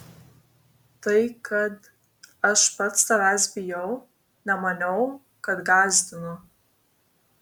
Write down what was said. tai kad aš pats tavęs bijau nemaniau kad gąsdinu